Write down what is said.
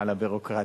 על הביורוקרטיה.